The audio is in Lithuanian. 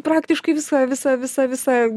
praktiškai visą visą visą visą